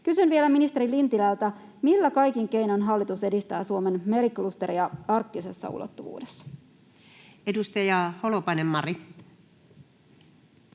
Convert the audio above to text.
Kysyn vielä ministeri Lintilältä: millä kaikin keinoin hallitus edistää Suomen meriklusteria arktisessa ulottuvuudessa? [Speech 59] Speaker: